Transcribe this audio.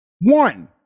one